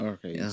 Okay